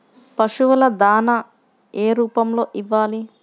పశువుల దాణా ఏ రూపంలో ఇవ్వాలి?